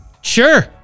Sure